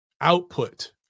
output